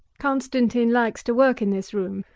constantine likes to work in this room,